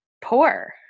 poor